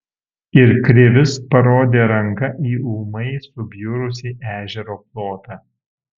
ir krivis parodė ranka į ūmai subjurusį ežero plotą